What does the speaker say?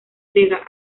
griega